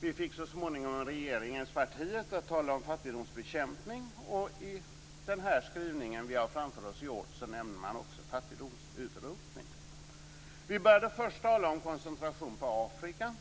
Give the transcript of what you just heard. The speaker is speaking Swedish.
Vi fick så småningom regeringspartiet att tala om fattigdomsbekämpning, och i den skrivning som vi har framför oss i dag nämner man också fattigdomsutrotning. Vi började tala om koncentration på Afrika.